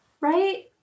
Right